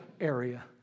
area